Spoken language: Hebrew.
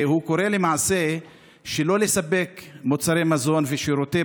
הוא קורא למעשה שלא לספק מוצרי מזון ושירותי